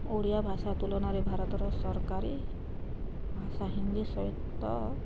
ଓଡ଼ିଆ ଭାଷା ତୁଳନାରେ ଭାରତର ସରକାରୀ ଭାଷା ହିନ୍ଦୀ ସହିତ